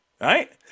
right